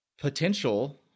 potential